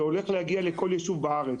המצה הזה עומד לזלוג לכל יישובי הארץ.